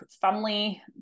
family